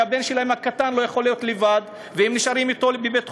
שהבן הקטן שלהם לא יכול להיות לבד והם נשארים אתו בבית-החולים.